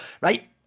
right